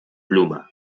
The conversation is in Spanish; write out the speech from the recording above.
pluma